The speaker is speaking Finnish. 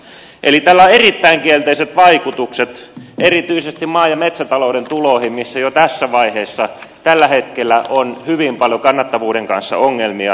eli tällä on erittäin kielteiset vaikutukset erityisesti maa ja metsätalouden tuloihin missä jo tässä vaiheessa tällä hetkellä on hyvin paljon kannattavuuden kanssa ongelmia